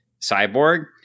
Cyborg